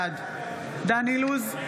בעד דן אילוז,